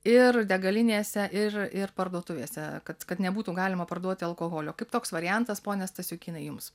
ir degalinėse ir ir parduotuvėse kad kad nebūtų galima parduoti alkoholio kaip toks variantas pone stasiukynai jums